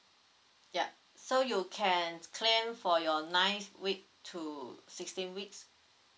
yup so you can claim for your ninth week to sixteen week